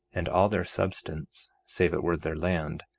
and all their substance, save it were their land,